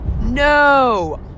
No